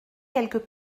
quelques